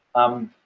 um,